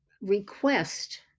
request